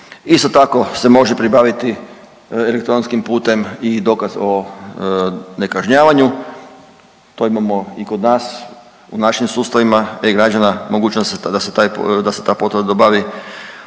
Isto tako se može pribaviti elektronskim putem i dokaz o nekažnjavanja, to imamo i kod nas u našim sustavima e-građana mogućnost da se ta potvrda dobavi.